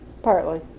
Partly